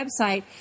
website